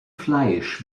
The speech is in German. fleisch